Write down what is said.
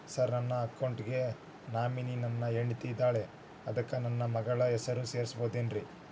Sir ನನ್ನ account ಗೆ nominee ನನ್ನ ಹೆಂಡ್ತಿ ಇದ್ದಾಳ ಅದಕ್ಕ ನನ್ನ ಮಗನ ಹೆಸರು ಸೇರಸಬಹುದೇನ್ರಿ?